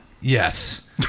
Yes